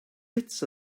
bits